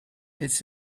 it’s